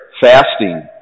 fasting